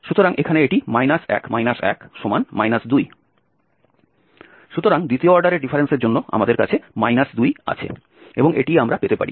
সুতরাং এখানে এটি 1 1 2 সুতরাং দ্বিতীয় অর্ডারের ডিফারেন্সের জন্য আমাদের কাছে 2 আছে এবং এটিই আমরা পেতে পারি